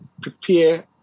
prepare